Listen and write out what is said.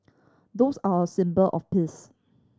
doves are a symbol of peace